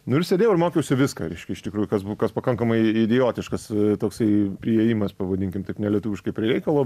nu ir sėdėjau ir mokiausi viską reiškia iš tikrųjų kas bu kas pakankamai idiotiškas toksai priėjimas pavadinkim taip nelietuviškai prie reikalo